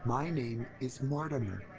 my name is mortimer.